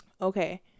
okay